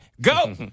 go